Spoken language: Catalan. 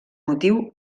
motiu